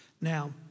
Now